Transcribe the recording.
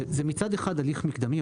זה מצד אחד הליך מקדמי,